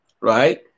right